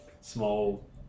Small